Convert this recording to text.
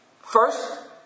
first